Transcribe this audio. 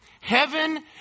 Heaven